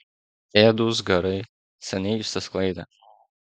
ėdūs garai seniai išsisklaidė